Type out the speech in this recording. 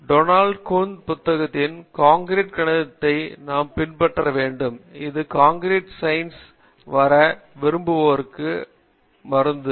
காமகோடி மற்றும் Donald Knuth புத்தகத்தின் concrete கணிதத்தை நாம் பின்பற்ற வேண்டும் இது கம்ப்யூட்டர் சயின்ஸ் வர விரும்புவோருக்கு என் பொது மருந்து